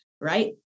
right